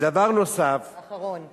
ודבר נוסף, אחרון.